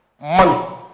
money